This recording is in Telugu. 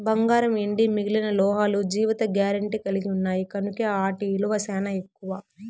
బంగారం, ఎండి మిగిలిన లోహాలు జీవిత గారెంటీ కలిగిన్నాయి కనుకే ఆటి ఇలువ సానా ఎక్కువ